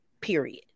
period